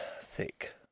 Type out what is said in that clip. thick